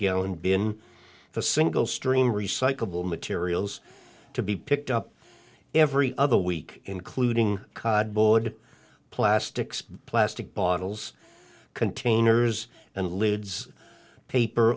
gallon been the single stream recyclable materials to be picked up every other week including cardboard plastics plastic bottles containers and lids paper